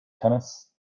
tennis